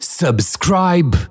subscribe